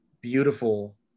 beautiful